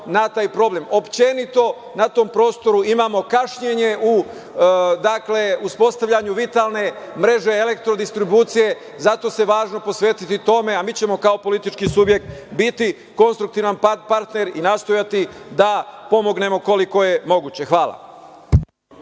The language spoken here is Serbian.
na taj problem. Općenito, na tom prostoru imamo kašnjenje u uspostavljanju vitalne mreže Elektrodistribucije. Zato je važno posvetiti se tome. A mi ćemo kao politički subjekt biti konstruktivan partner i nastojati da pomognemo koliko je moguće. Hvala.